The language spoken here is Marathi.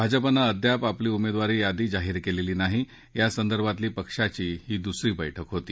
भाजपानं अद्याप आपली उमेदवारी यादी जाहीर केलेली नाही यासंदर्भातली पक्षाची ही दुसरी बैठक होती